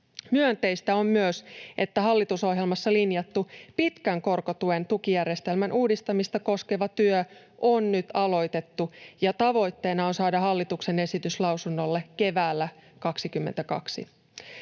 Myönteistä on myös, että hallitusohjelmassa linjattu pitkän korkotuen tukijärjestelmän uudistamista koskeva työ on nyt aloitettu ja tavoitteena on saada hallituksen esitys lausunnolle keväällä 22.